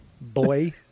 boy